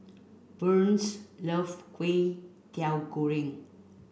Burns love Kway Teow Goreng